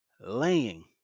laying